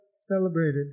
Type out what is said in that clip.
celebrated